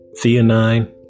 theanine